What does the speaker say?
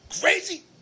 Crazy